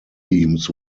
themes